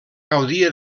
gaudia